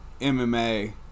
MMA